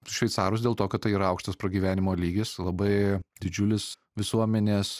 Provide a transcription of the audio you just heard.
šveicarus dėl to kad tai yra aukštas pragyvenimo lygis labai didžiulis visuomenės